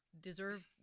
deserve